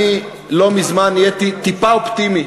אני לא מזמן נהייתי טיפה אופטימי,